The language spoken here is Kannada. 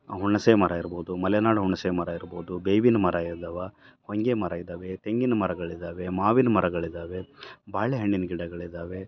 ಹುಣಸೆ ಮರ ಇರ್ಬೋದು ಮಲೆನಾಡ ಹುಣಸೆ ಮರ ಇರ್ಬೋದು ಬೇವಿನ ಮರ ಇದವೆ ಹೊಂಗೆ ಮರ ಇದ್ದಾವೆ ತೆಂಗಿನ ಮರಗಳಿದ್ದಾವೆ ಮಾವಿನ ಮರಗಳಿದ್ದಾವೆ ಬಾಳೆ ಹಣ್ಣಿನ್ ಗಿಡಗಳಿದ್ದಾವೆ